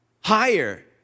higher